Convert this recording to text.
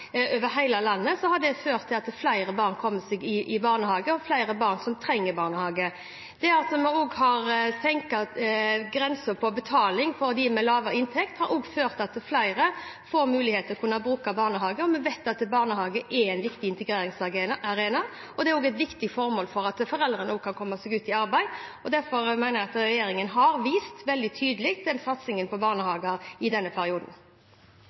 det, kommer seg i barnehage. Det at vi har senket grensen for betaling for dem med lavere inntekt, har ført til at flere får mulighet til å kunne bruke barnehage. Vi vet at barnehagen er en viktig integreringsarena, og det er også et viktig formål for at foreldrene kan komme seg ut i arbeid. Derfor mener jeg at regjeringen har vist en veldig tydelig satsing på barnehager i denne perioden.